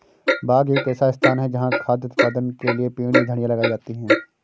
बाग एक ऐसा स्थान है जहाँ खाद्य उत्पादन के लिए पेड़ या झाड़ियाँ लगाई जाती हैं